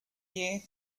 you